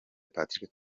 patrick